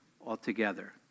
altogether